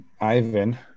Ivan